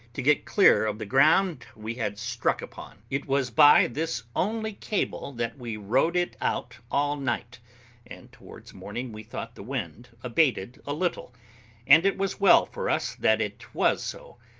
to get clear of the ground we had struck upon. it was by this only cable that we rode it out all night and towards morning we thought the wind abated a little and it was well for us that it was so,